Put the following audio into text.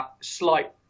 slight